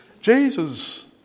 Jesus